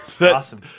Awesome